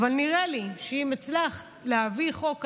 אבל נראה לי שאם הצלחת להביא חוק כזה,